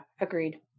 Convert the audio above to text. agreed